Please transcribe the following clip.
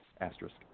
asterisk